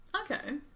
Okay